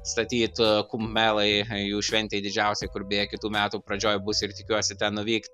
statyt kumelai jų šventei didžiausiai kur beje kitų metų pradžioj bus ir tikiuosi ten nuvykt